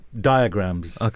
diagrams